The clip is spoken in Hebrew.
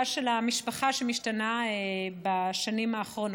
של המשפחה שמשתנה בשנים האחרונות.